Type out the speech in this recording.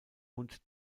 und